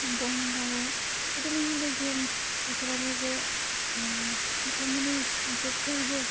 बम गावो बिदिनो हिन्दुजोम बेफोरावबो जे बिथांमोननि मोनसे फोरबो